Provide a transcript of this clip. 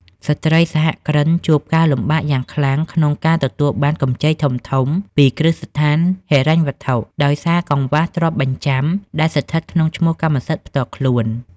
ស្ត្រីសហគ្រិនជួបការលំបាកយ៉ាងខ្លាំងក្នុងការទទួលបានកម្ចីធំៗពីគ្រឹះស្ថានហិរញ្ញវត្ថុ ដោយសារកង្វះទ្រព្យបញ្ចាំដែលស្ថិតក្នុងឈ្មោះកម្មសិទ្ធិផ្ទាល់ខ្លួន។